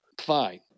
Fine